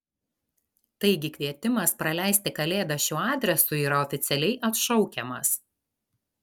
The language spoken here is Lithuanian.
taigi kvietimas praleisti kalėdas šiuo adresu yra oficialiai atšaukiamas